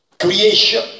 creation